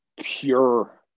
pure